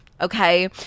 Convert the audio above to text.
Okay